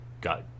got